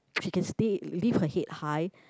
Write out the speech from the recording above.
he can stay leave her head high